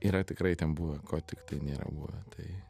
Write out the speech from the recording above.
yra tikrai ten buvę ko tiktai nėra buvę tai